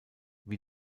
wie